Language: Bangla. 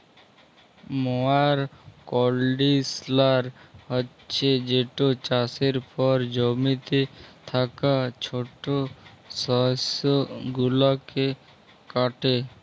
ময়ার কল্ডিশলার হছে যেট চাষের পর জমিতে থ্যাকা ছট শস্য গুলাকে কাটে